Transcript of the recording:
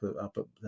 up